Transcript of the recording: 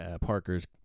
Parker's